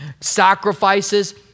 Sacrifices